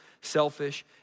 selfish